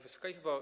Wysoka Izbo!